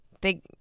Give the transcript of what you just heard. big